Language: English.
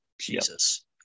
Jesus